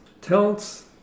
Talents